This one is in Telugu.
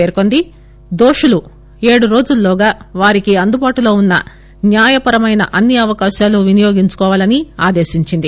పేర్కొంది దోషులు ఏడు రోజుల్లోగా వారికి అందుబాటులో ఉన్న న్యాయపరమైన అన్ని అవకాశాలు వినియోగించుకోవాలని ఆదేశించింది